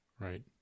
right